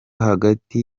hagati